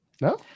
No